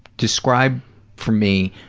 describe for me,